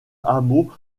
hameau